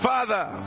Father